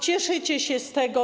Cieszycie się z tego.